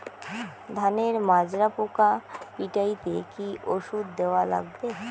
ধানের মাজরা পোকা পিটাইতে কি ওষুধ দেওয়া লাগবে?